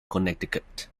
connecticut